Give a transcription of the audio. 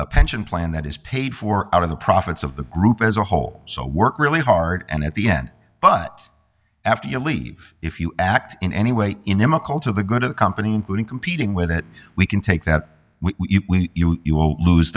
a pension plan that is paid for out of the profits of the group as a whole so work really hard and at the end but after you leave if you act in any way inimical to the good of the company including competing with it we can take that we will lose